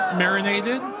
marinated